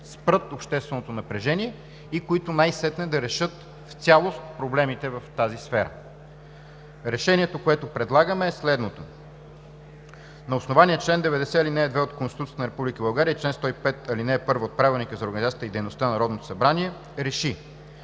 спрат общественото напрежение и които най-сетне да решат в цялост проблемите в тази сфера. Решението, което предлагаме, е следното: „На основание чл. 90, ал. 2 от Конституцията на Република България и чл. 105, ал. 1 от Правилника за организацията и дейността на Народното събрание